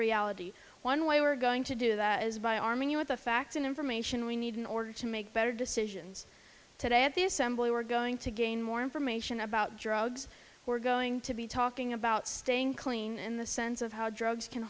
reality one way we're going to do that by arming you with the facts and information we need in order to make better decisions today at the assembly we're going to gain more information about drugs we're going to be talking about staying clean in the sense of how drugs can